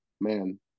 man